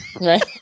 Right